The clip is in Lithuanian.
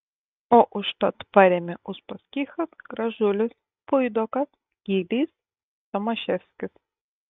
o užtat parėmė uspaskichas gražulis puidokas gylys tomaševskis